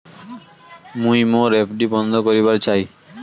মুই মোর এফ.ডি বন্ধ করিবার চাই